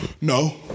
no